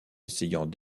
essayant